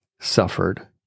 suffered